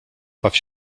baw